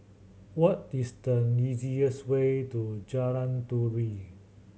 what is the easiest way to Jalan Turi